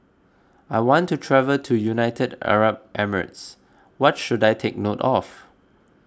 I want to travel to United Arab Emirates what should I take note of